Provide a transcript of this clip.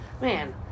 man